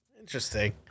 Interesting